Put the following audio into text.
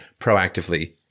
proactively